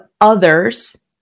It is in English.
others